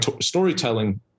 storytelling